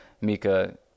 Mika